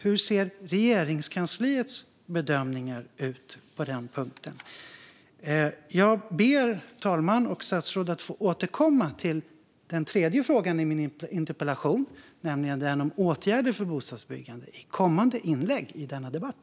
Hur ser Regeringskansliets bedömningar ut på den punkten? Jag ber fru talmannen och statsrådet om att få återkomma till den tredje frågan i min interpellation, nämligen den om åtgärder för bostadsbyggandet, i kommande inlägg i denna debatt.